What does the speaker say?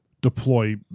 deploy